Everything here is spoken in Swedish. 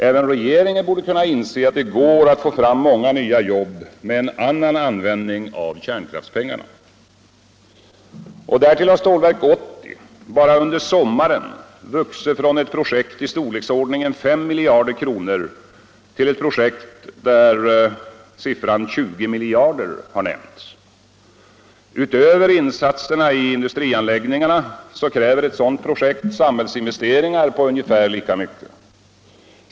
Även regeringen borde kunna inse att det går att få fram många nya jobb med en annan användning av kärnkraftspengarna. Därtill har Stålverk 80 bara under sommaren vuxit fram från ett projekt Nr 11 i storleksordningen 5 miljarder kronor till ett projekt där siffran 20 mil Onsdagen den jarder har nämnts. Utöver insatserna i industrianläggningarna kräver ett 29 oktober 1975 sådant projekt samhällsinvesteringar på ungefär lika mycket.